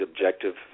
objective